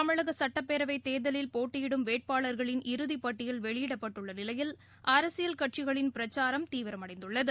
தமிழக சட்டப்பேரவைத் தேர்தலில் போட்டியிடும் வேட்பாளர்களின் இறுதிப்பட்டியல் வெளியிடப்பட்டுள்ள நிலையில் அரசியல் கட்சிகளின் பிரச்சாரம் தீவிரமடைந்துள்ளது